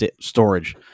storage